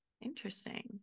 Interesting